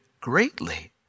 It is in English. greatly